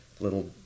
little